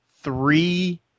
three